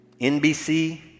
NBC